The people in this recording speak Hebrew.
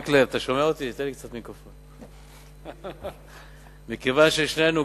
מכיוון ששנינו,